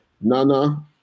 Nana